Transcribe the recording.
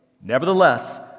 Nevertheless